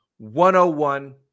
101